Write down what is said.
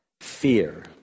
fear